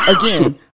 again